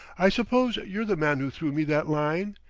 i suppose you're the man who threw me that line?